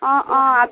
অঁ অঁ আবেলি